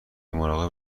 مراقب